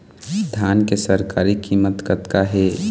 धान के सरकारी कीमत कतका हे?